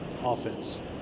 offense